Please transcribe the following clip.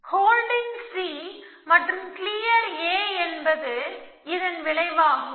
holding C மற்றும் clear A என்பது இதன் விளைவாகும்